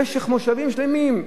במשך מושבים שלמים,